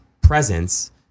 presence